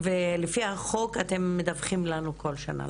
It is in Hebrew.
ולפי החוק אתם מדווחים לנו כל שנה,